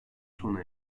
sona